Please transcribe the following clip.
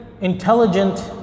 intelligent